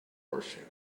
washing